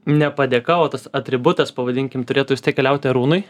ne padėka o tas atributas pavadinkim turėtų keliauti arūnui